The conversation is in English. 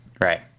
right